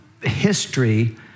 history